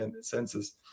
senses